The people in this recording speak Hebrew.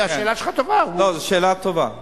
השאלה שלך טובה, זאת שאלה טובה.